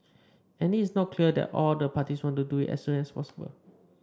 and it is not clear that all the parties want to do it as soon as possible